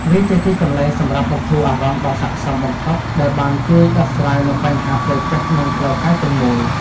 វាជាទីកន្លែងសម្រាប់បន្ធូរអារម្មណ៍ដ៏ស័ក្តិសមបំផុត ដែលបានជួយដោះស្រាយនូវបញ្ហាផ្លូវចិត្ត និងផ្លូវកាយទាំងមូល។